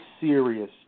serious